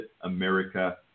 America